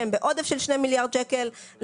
שהם בעודף של 2 מיליארד שקלים,